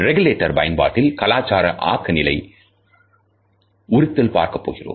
regulator பயன்பாட்டில் கலாச்சார ஆக்க நிலை உறுத்தல் பார்க்கப்படுகிறது